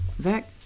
Zach